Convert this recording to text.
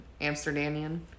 Amsterdamian